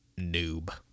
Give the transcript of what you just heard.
noob